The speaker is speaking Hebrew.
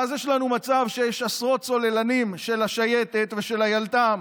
ואז יש לנו מצב שיש עשרות צוללנים של השייטת ושל הילת"ם